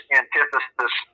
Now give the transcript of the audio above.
antithesis